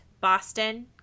boston